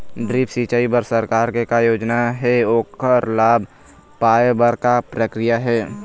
Drip सिचाई बर सरकार के का योजना हे ओकर लाभ पाय बर का प्रक्रिया हे?